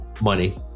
Money